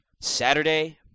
Saturday